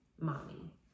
mommy